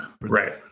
right